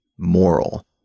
Moral